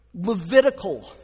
Levitical